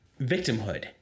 victimhood